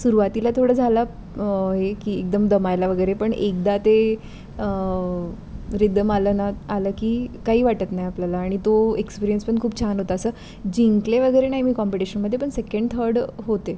सुरवातीला थोडं झाला हे की एकदम दमायला वगैरे पण एकदा ते रिदम आलं ना आलं की काही वाटत नाही आपल्याला आणि तो एक्सपिरियन्स पण खूप छान होता असं जिंकले वगैरे नाही मी कॉम्पिटिशनमध्ये पण सेकंड थर्ड होते